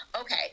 Okay